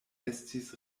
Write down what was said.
estis